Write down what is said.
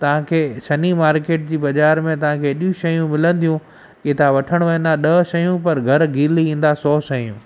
तव्हांखे शनि मार्केट जी बाज़ारि में तव्हांखे एॾियूं शयूं मिलंदियूं की तव्हां वठण वेंदा ॾह शयूं पर घर घिली ईंदा सौ शयूं